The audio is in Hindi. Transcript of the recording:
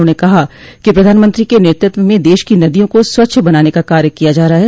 उन्होंने कहा कि प्रधानमंत्री के नेतृत्व में देश की नदियों को स्वच्छ बनाने का कार्य किया जा रहा है